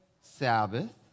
Sabbath